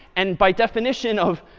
and by definition of